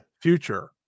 future